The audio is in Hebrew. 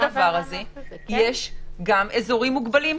יש גם אזורים מוגבלים,